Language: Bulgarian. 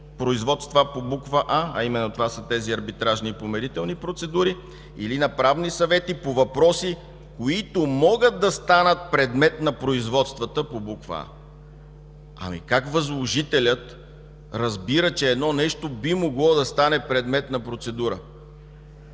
производства по буква „а”, а именно това са тези арбитражни и помирителни процедури или на правни съвети по въпроси, които могат да станат предмет на производствата по буква „а”. Как възложителят разбира, че едно нещо би могло да стане предмет на процедура?